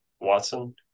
Watson